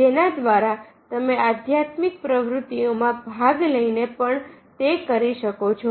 જેના દ્વારા તમે આધ્યાત્મિક પ્રવૃત્તિઓમાં ભાગ લઈને પણ તે કરી શકો છો